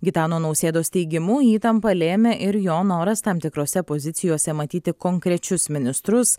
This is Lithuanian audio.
gitano nausėdos teigimu įtampą lėmė ir jo noras tam tikrose pozicijose matyti konkrečius ministrus